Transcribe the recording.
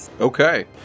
Okay